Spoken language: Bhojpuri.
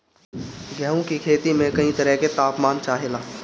गेहू की खेती में कयी तरह के ताप मान चाहे ला